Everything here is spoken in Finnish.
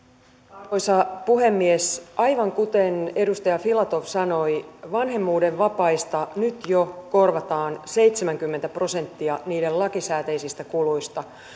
arvoisa puhemies aivan kuten edustaja filatov sanoi vanhemmuuden vapaista nyt jo korvataan seitsemänkymmentä prosenttia niiden lakisääteisistä kuluista